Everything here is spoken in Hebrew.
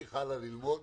נמשיך ללמוד,